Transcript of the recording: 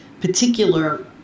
particular